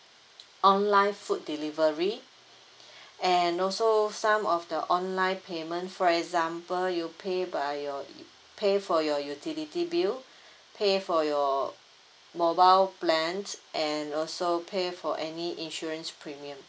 online food delivery and also some of the online payment for example you pay by your pay for your utility bill pay for your mobile plans and also pay for any insurance premium